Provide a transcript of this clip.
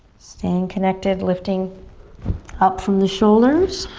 staying connected lifting up from the shoulders.